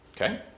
Okay